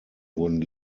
wurden